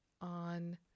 on